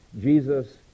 jesus